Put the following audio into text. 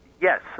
Yes